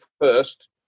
first